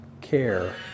care